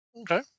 okay